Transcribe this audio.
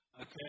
Okay